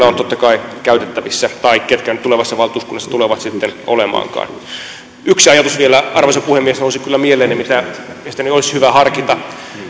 on totta kai käytettävissä tai niillä jotka nyt tulevassa valtuuskunnassa tulevat sitten olemaankaan yksi ajatus vielä arvoisa puhemies nousi kyllä mieleeni mitä olisi mielestäni hyvä harkita